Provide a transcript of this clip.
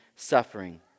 suffering